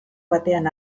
batean